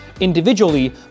individually